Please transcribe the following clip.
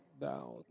down